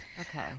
Okay